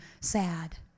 sad